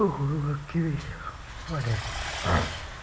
होर बाकी बी बड़े